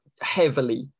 heavily